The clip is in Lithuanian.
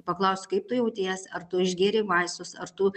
paklausiu kaip tu jautiesi ar tu išgėrei vaistus ar tu